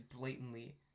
blatantly